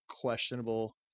questionable